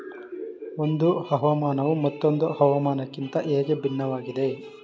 ಒಂದು ಹವಾಮಾನವು ಮತ್ತೊಂದು ಹವಾಮಾನಕಿಂತ ಹೇಗೆ ಭಿನ್ನವಾಗಿದೆ?